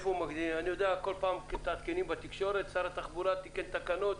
בכל פעם מתעדכנים בתקשורת ששר התחבורה תיקן תקנות,